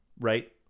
right